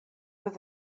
with